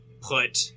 put